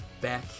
back